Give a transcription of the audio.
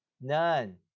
none